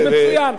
אז מצוין.